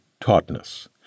tautness